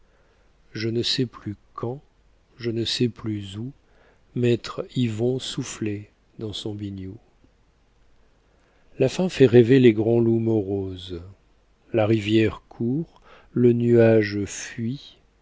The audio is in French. je ne sais plus quand je ne sais plus où maître yvon soufflait dans son biniou la faim fait rêver les grands loups moroses la rivière court le nuage fuit